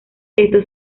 estos